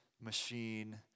machine